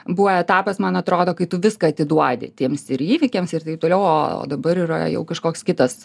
buvo etapas man atrodo kai tu viską atiduodi tiems įvykiams ir taip toliau o dabar yra jau kažkoks kitas